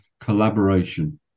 collaboration